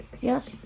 Yes